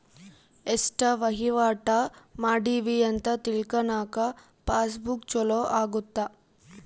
ಎಸ್ಟ ವಹಿವಾಟ ಮಾಡಿವಿ ಅಂತ ತಿಳ್ಕನಾಕ ಪಾಸ್ ಬುಕ್ ಚೊಲೊ ಅಗುತ್ತ